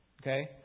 Okay